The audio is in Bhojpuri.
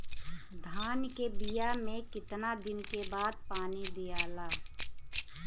धान के बिया मे कितना दिन के बाद पानी दियाला?